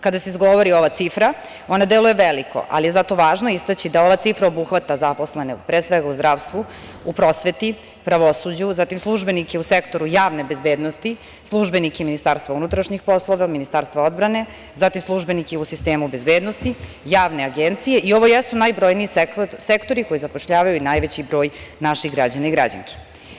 Kada se izgovori ova cifra ona deluje veliko, ali je zato važno istaći da ova cifra obuhvata zaposlene, pre svega, u zdravstvu, u prosveti, pravosuđu, zatim službenike u sektoru javne bezbednosti, službenike MUP-a, Ministarstva odbrane, zatim službenike u sistemu bezbednosti, javne agencije i ovo jesu najbrojniji sektori koji zapošljavaju najveći broj naših građana i građanki.